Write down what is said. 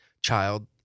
child